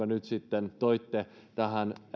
nyt sitten toitte tähän